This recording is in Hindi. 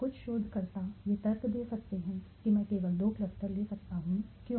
कुछ शोधकर्ता यह तर्क दे सकते हैं कि मैं केवल दो क्लस्टर ले सकता हूँ क्यों